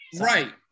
Right